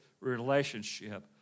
relationship